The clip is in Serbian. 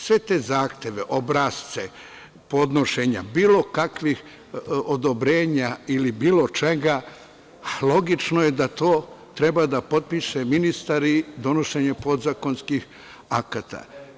Sve te zahteve, obrasce, podnošenja bilo kakvih odobrenja ili bilo čega, logično je da to treba da potpiše ministar i donošenje podzakonskih akata.